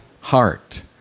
heart